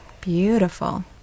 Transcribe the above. Beautiful